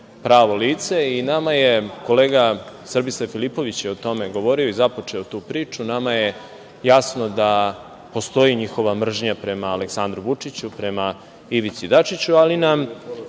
pravo lice i nama je kolega Srbislav Filipović o tome govorio i započeo tu priču. Nama je jasno da postoji njihova mržnja prema Aleksandru Vučiću, prema Ivici Dačiću, ali nam